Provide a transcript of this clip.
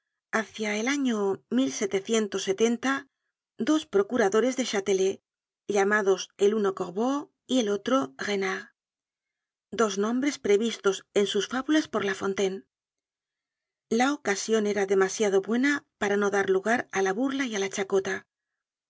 hácia el año los procuradores del chatelet llamados el uno corbeau y el otro renard dos nombres previstos en sus fábulas por lafontaine la ocasion era demasiado buena para no dar lugar á la burla y la chacota